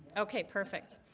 ok, perfect.